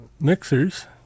mixers